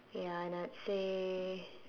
ya and I would say